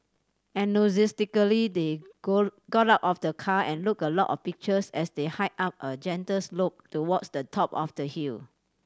enthusiastically they go got out of the car and took a lot of pictures as they hiked up a gentle slope towards the top of the hill